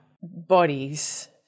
bodies